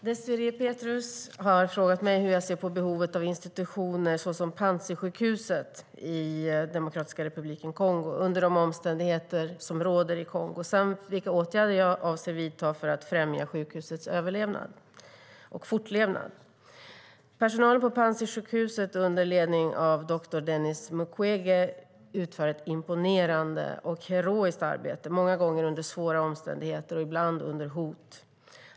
Désirée Pethrus har frågat mig hur jag ser på behovet av institutioner såsom Panzisjukhuset i Demokratiska republiken Kongo under de omständigheter som råder i Kongo samt vilka åtgärder jag avser att vidta för att främja sjukhusets överlevnad och fortlevnad. Personalen vid Panzisjukhuset, under ledning av doktor Denis Mukwege, utför ett imponerande och heroiskt arbete, många gånger under svåra omständigheter och ibland under hot.